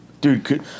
Dude